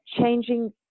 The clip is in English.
changing